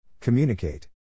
Communicate